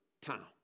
town